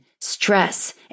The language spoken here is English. stress